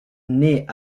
naît